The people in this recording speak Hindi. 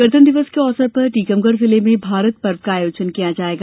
गणतंत्र दिवस के अवसर पर टीकमगढ़ जिले में भारत पर्व का आयोजन किया जायेगा